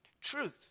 truth